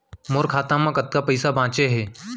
मोर खाता मा कतका पइसा बांचे हे?